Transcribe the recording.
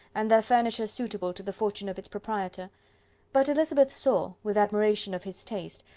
and their furniture suitable to the fortune of its proprietor but elizabeth saw, with admiration of his taste,